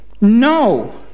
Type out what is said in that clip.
No